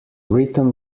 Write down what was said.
written